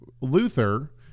Luther